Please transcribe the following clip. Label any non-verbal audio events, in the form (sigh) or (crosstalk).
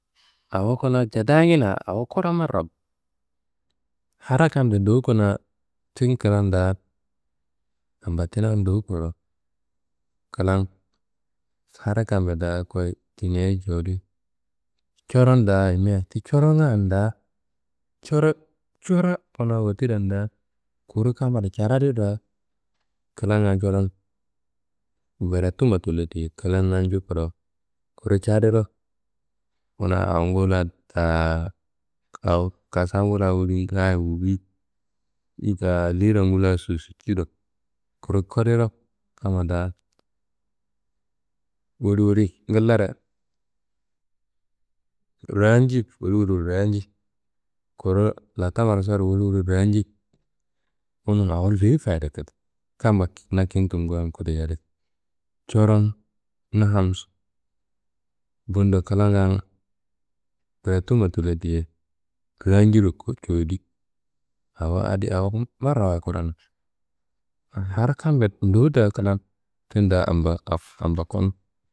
Awo kuna cadangina awo kura marawayit. Hara kambe ndowu kuna tin klan da ambatina ndowu kurowu klan hara kambe da koyi tineyi cowodi, coron da ayimia ti corongan da coro coro kuna wotirriya da kuru kamma caradiro da klanga coron woretuma tullo diye klan nanju kuro, kuru cadiro kuna awongu la taa awo kasangu la woli ngaaye wuwuyi. Ti da lirangu la susunciro kuru kodiro kamma da woli woli ngillaro raanji woli woli raanji. Kuru lantammaro soyiro woli woli ranji. Wunu awo ndowu fayide kida, kamma (hesitation) na kintu gon kude yade, coron na hamsu. Bundo klangan biretuma tullo diye ranjiro (hesitation) cowodi awo adi awo (hesitation) marrawayi kura na, (noise) hara kambe ndowu da klan tin da (hesitation) ambakuno.